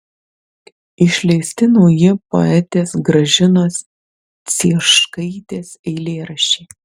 išleisti nauji poetės gražinos cieškaitės eilėraščiai